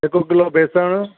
हिकु किलो बेसण